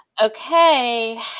Okay